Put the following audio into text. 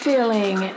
Feeling